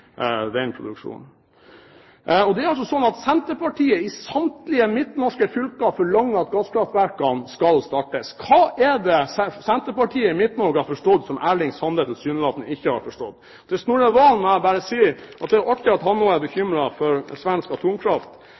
den produksjonen. Det er altså sånn at Senterpartiet i samtlige midtnorske fylker forlanger at gasskraftverkene skal startes. Hva er det Senterpartiet i Midt-Norge har forstått som Erling Sande tilsynelatende ikke har forstått? Og til Snorre Serigstad Valen må jeg bare si at det er artig at han også er bekymret for svensk atomkraft,